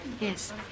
Yes